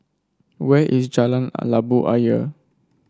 where is Jalan Labu Ayer